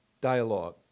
dialogue